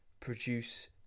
produce